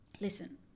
listen